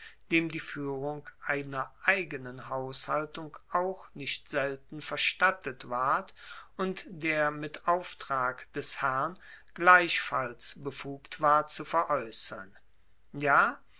dem die fuehrung einer eigenen haushaltung auch nicht selten verstattet ward und der mit auftrag des herrn gleichfalls befugt war zu veraeussern ja